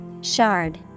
shard